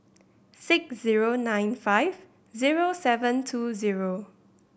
six zero nine five zero seven two zero